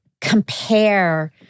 compare